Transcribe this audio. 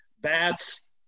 bats